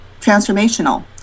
transformational